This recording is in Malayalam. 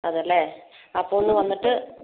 അതെയല്ലേ അപ്പോൾ ഒന്ന് വന്നിട്ട്